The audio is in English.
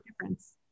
difference